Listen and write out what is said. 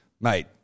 mate